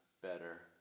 better